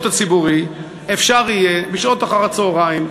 הציבורי אפשר יהיה בשעות אחר-הצהריים,